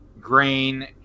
grain